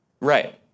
Right